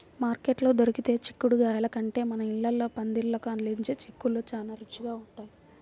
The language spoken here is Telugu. మార్కెట్లో దొరికే చిక్కుడుగాయల కంటే మన ఇళ్ళల్లో పందిళ్ళకు అల్లించే చిక్కుళ్ళు చానా రుచిగా ఉంటయ్